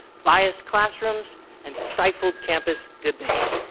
biased classrooms and stifled campus debate.